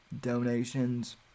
donations